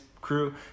crew